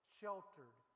sheltered